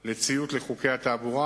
של ציות לחוקי התעבורה,